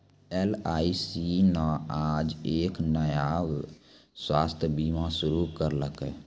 LIC न आज एक नया स्वास्थ्य बीमा शुरू करैलकै